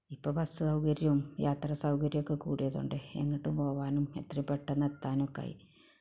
ഇപ്പോൾ ബസ്സ് സകര്യവും യാത്രാ സകര്യവുമൊക്കെ കൂടിയത് കൊണ്ട് എങ്ങോട്ടും പോകാനും എത്ര പെട്ടെന്ന് എത്താനുമൊക്കെ ആയി